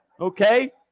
okay